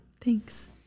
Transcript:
thanks